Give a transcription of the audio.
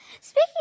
Speaking